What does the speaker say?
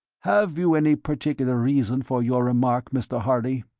have you any particular reason for your remark, mr. harley?